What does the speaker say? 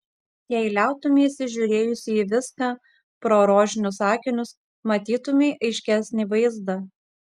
jei liautumeisi žiūrėjusi į viską pro rožinius akinius matytumei aiškesnį vaizdą